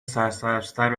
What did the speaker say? سبزتر